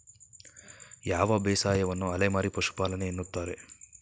ಯಾವ ಬೇಸಾಯವನ್ನು ಅಲೆಮಾರಿ ಪಶುಪಾಲನೆ ಎನ್ನುತ್ತಾರೆ?